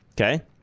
Okay